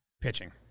Pitching